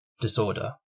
disorder